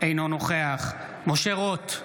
אינו נוכח משה רוט,